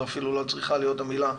זו אפילו לא צריכה להיות המילה,